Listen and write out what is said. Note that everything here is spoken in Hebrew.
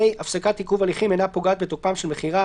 (ה) הפסקת עיכוב הליכים אינה פוגעת בתוקפם של מכירה,